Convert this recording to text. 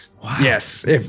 yes